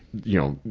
you know,